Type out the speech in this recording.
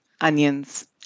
onions